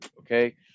Okay